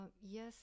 Yes